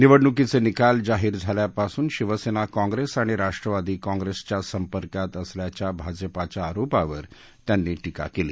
निवडणुकीचे निकाल जाहीर झाल्यापासून शिवसेना काँप्रेस आणि राष्ट्रवादी काँप्रेसच्या संपर्कात असल्याच्या भाजपाच्या आरोपावर त्यांनी टीका केली